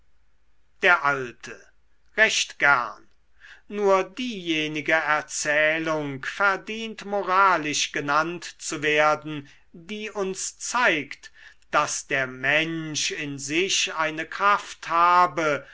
der alte recht gern nur diejenige erzählung verdient moralisch genannt zu werden die uns zeigt daß der mensch in sich eine kraft habe